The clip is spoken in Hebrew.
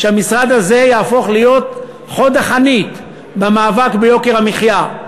שהמשרד הזה יהפוך להיות חוד החנית במאבק ביוקר המחיה.